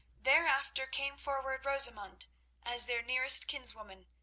thereafter came forward rosamund as their nearest kinswoman,